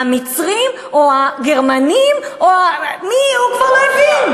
המצרים או הגרמנים או, מי, הוא כבר לא הבין.